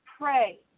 Pray